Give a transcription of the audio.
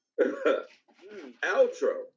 Outro